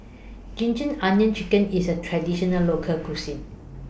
Ginger Onions Chicken IS A Traditional Local Cuisine